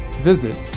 visit